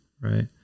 right